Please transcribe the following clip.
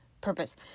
purpose